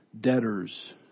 debtors